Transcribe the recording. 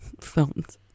filmed